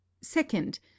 Second